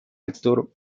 actor